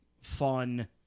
fun